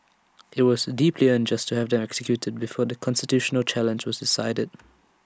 IT was deeply unjust to have than executed them before the constitutional challenge was decided